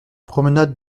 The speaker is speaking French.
promenade